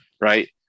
right